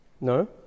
No